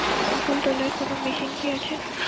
গাঁদাফুল তোলার কোন মেশিন কি আছে?